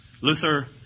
Luther